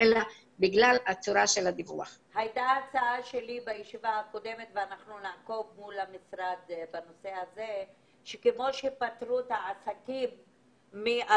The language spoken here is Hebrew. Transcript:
האם קיבלתם הודעה על כך שהולכים להוסיף תקציב או